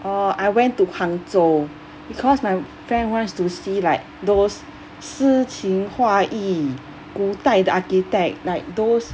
uh I went to guangzhou because my friend wants to see like those 诗情画意古代的 architect like those